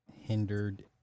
hindered